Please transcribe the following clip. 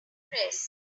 press